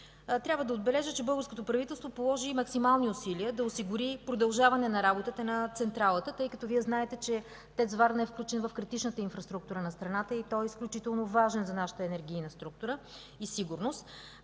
Трябва да отбележа, че българското правителство положи максимални усилия да осигури продължаване на работата на централата, тъй като Вие знаете, че ТЕЦ „Варна” е включен в критичната инфраструктура на страната и е изключително важен за нашата енергийна структура и сигурност.